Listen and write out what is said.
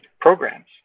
programs